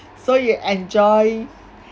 so you enjoy